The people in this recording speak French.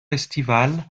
estivale